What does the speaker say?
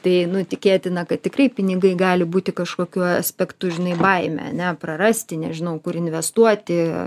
tai nu tikėtina kad tikrai pinigai gali būti kažkokiu aspektu žinai baimė ane prarasti nežinau kur investuoti